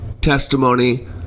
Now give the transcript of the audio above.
testimony